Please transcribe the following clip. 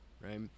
right